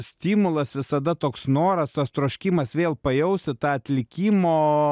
stimulas visada toks noras tas troškimas vėl pajausti tą atlikimo